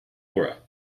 aura